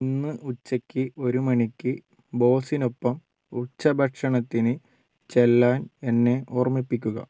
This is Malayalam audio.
ഇന്ന് ഉച്ചയ്ക്ക് ഒരു മണിക്ക് ബോസിനൊപ്പം ഉച്ചഭക്ഷണത്തിന് ചെല്ലാൻ എന്നെ ഓർമ്മിപ്പിക്കുക